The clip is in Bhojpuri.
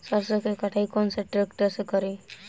सरसों के कटाई कौन सा ट्रैक्टर से करी?